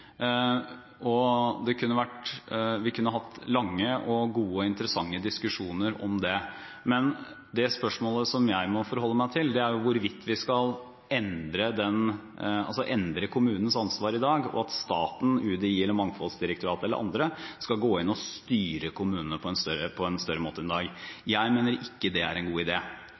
og i læring – alle formål – til det beste for begge parter. Jeg forstår absolutt problemstillingen. Vi kunne hatt lange, gode og interessante diskusjoner om dette. Det spørsmålet jeg må forholde meg til, er hvorvidt vi skal endre kommunenes ansvar i dag, og at staten – UDI, Mangfoldsdirektoratet eller andre – skal gå inn og styre kommunene mer enn i dag. Jeg mener det ikke er en god